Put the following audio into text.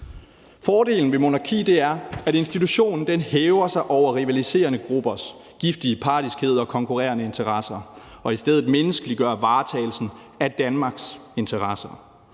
Fordelen ved monarki er, at institutionen hæver sig over rivaliserende gruppers giftige partiskhed og konkurrerende interesser og i stedet menneskeliggør varetagelsen af Danmarks interesser.